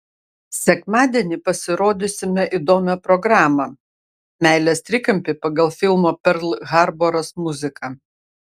sekmadienį pasirodysime įdomią programą meilės trikampį pagal filmo perl harboras muziką